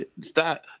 stop